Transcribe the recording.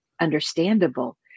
understandable